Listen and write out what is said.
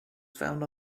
found